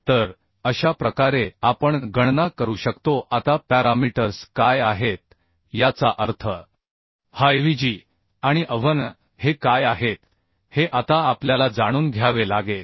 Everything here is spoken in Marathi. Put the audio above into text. तर अशा प्रकारे आपण गणना करू शकतो आता पॅरामीटर्स काय आहेत याचा अर्थ हाAVg आणि AVn हे काय आहेत हे आता आपल्याला जाणून घ्यावे लागेल